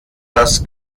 das